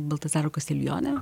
baltazaro kastiljonė